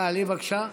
תעלי, בבקשה.